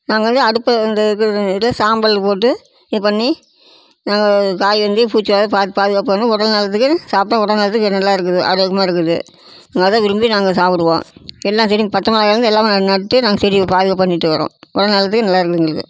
நாங்கள் வந்து அடுப்பு இந்த இது சாம்பல் போட்டு இது பண்ணி நாங்க காய் வந்து பூச்சி வராத பாத் பாதுகாப்பு பண்ணி உடல்நலத்துக்கு சாப்பிட்டா உடல்நலத்துக்கு நல்லா இருக்குது ஆரோக்கியமாக இருக்குது நல்லா விரும்பி நாங்கள் சாப்பிடுவோம் எல்லா செடியும் பச்சை மிளகாய்ல இருந்து எல்லாமே நான் நட்டு நாங்கள் செடியை பாதுகாப்பு பண்ணிகிட்டு வரம் உடல்நலத்துக்கு நல்லாயிருக்கு எங்களுக்கு